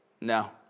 No